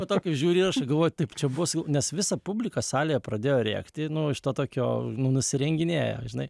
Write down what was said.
va tokį žiūri įrašą ir galvoji taip čia buvo nes visa publika salėje pradėjo rėkti nu to tokio nu nusirenginėjo žinai